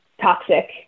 toxic